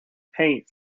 paint